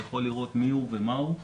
אני יכול לראות מיהו ומהו.